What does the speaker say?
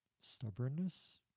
stubbornness